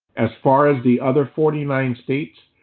as far as the other forty nine states,